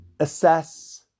Assess